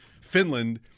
Finland